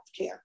healthcare